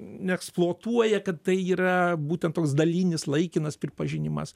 neeksploatuoja kad tai yra būtent toks dalinis laikinas pripažinimas